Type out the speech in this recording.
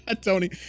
Tony